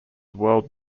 world